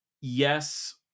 Yes